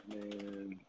Man